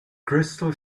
crystal